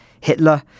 Hitler